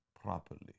properly